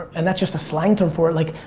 and that's just a slang term for it, like